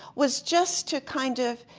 was just to kind of